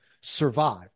survive